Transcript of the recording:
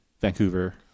Vancouver